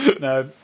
No